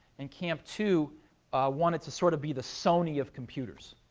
and camp two wanted to sort of be the sony of computers.